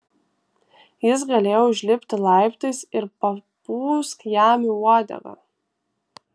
jis galėjo užlipti laiptais ir papūsk jam į uodegą